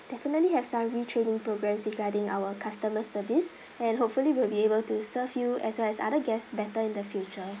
definitely have some retraining programs regarding our customer service and hopefully we'll be able to serve you as well as other guests better in the future